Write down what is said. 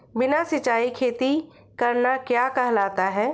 बिना सिंचाई खेती करना क्या कहलाता है?